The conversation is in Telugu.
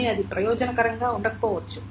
కానీ అది ప్రయోజనకరంగా ఉండకపోవచ్చు